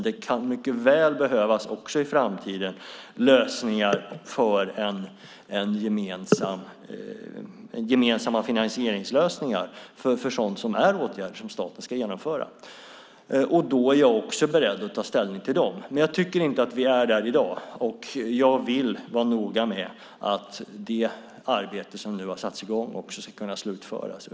Det kan i framtiden mycket väl behövas gemensamma finansieringslösningar för sådant som är åtgärder som staten ska genomföra. Då är jag också beredd att ta ställning till dem. Jag tycker inte att vi är där i dag. Jag vill vara noga med att det arbete som har satts i gång också ska slutföras.